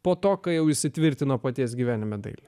po to kai jau įsitvirtino paties gyvenime dailė